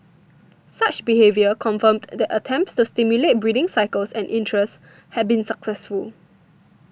such behaviour confirmed that attempts to stimulate breeding cycles and interest had been successful